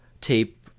tape